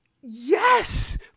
Yes